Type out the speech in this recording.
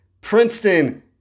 Princeton